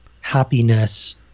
happiness